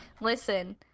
listen